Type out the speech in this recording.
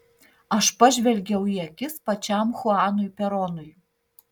aš pažvelgiau į akis pačiam chuanui peronui